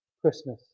Christmas